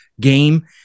game